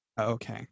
Okay